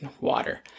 water